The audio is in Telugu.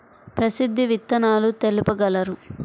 ప్రసిద్ధ విత్తనాలు తెలుపగలరు?